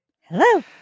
hello